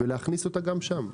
ולהכניסה גם שם.